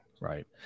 right